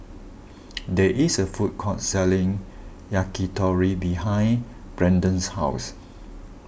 there is a food court selling Yakitori behind Brandon's house